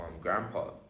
grandpa